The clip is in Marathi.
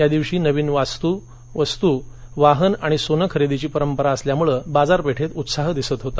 या दिवशी नवीन वस्तू वाहन आणि सोने खरेदीची परंपरा असल्यामुळे बाजारपेठेत उत्साह होता